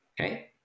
okay